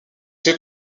fait